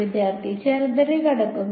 വിദ്യാർത്ഥി ചിതറിക്കിടക്കുന്നു